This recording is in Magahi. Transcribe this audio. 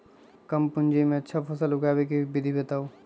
कम पूंजी में अच्छा फसल उगाबे के विधि बताउ?